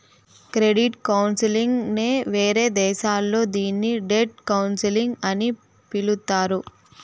credit counselling నే వేరే దేశాల్లో దీన్ని డెట్ కౌన్సిలింగ్ అని పిలుత్తారు